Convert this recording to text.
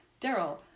Daryl